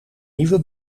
nieuwe